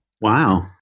Wow